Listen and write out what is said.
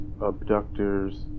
abductors